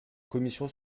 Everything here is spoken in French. commission